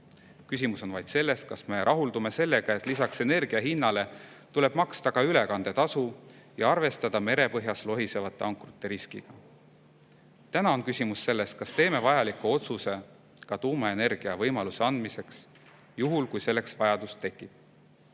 Küsimus on vaid selles, kas me rahuldume sellega, et lisaks energia hinnale tuleb maksta ülekandetasu ja arvestada merepõhjas lohisevate ankrute riskiga. Täna on küsimus selles, kas teeme vajaliku otsuse ka tuumaenergia võimaluse andmiseks juhul, kui selleks vajadus tekib.